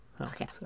Okay